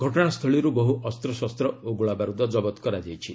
ଘଟଣାସ୍ଥଳୀରୁ ବହୁ ଅସ୍ତଶସ୍ତ ଓ ଗୋଳାବାରୁଦ କରାଯାଇଛି